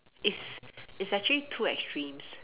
is is actually two extremes